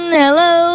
hello